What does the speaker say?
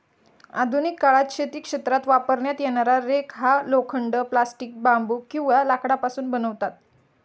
आधुनिक काळात शेती क्षेत्रात वापरण्यात येणारा रेक हा लोखंड, प्लास्टिक, बांबू किंवा लाकडापासून बनवतात